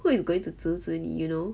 who is going to 阻止你 you know